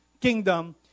kingdom